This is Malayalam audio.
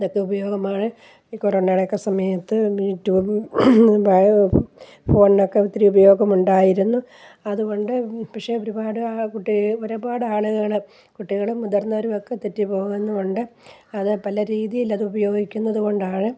ഇതൊക്കെ ഉപയോഗമാണ് ഈ കൊറോണയുടെയൊക്കെ സമയത്ത് യു ട്യൂബും ഫോണൊക്കെ ഒത്തിരി ഉപയോഗം ഉണ്ടായിരുന്നു അതുകൊണ്ട് പക്ഷെ ഒരുപാട് ആ കുട്ടി ഒരുപാട് ആളുകള് കുട്ടികളും മുതിർന്നവരും ഒക്കെ തെറ്റിപ്പോകുന്നുമുണ്ട് അത് പല രീതിയിലത് ഉപയോഗിക്കുന്നതുകൊണ്ടാണ്